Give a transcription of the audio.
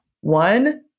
one